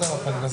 בשעה